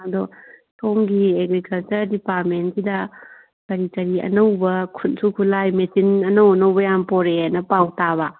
ꯑꯗꯣ ꯁꯣꯝꯒꯤ ꯑꯦꯒ꯭ꯔꯤꯀꯜꯆꯔ ꯗꯤꯄꯥꯔ꯭ꯇꯃꯦꯟꯒꯤꯗ ꯀꯔꯤ ꯀꯔꯤ ꯑꯅꯧꯕ ꯈꯨꯠꯁꯨ ꯈꯨꯠꯂꯥꯏ ꯃꯦꯆꯤꯟ ꯑꯅꯧ ꯑꯅꯧꯕ ꯌꯥꯝ ꯄꯨꯔꯛꯑꯦꯅ ꯄꯥꯎ ꯇꯥꯕ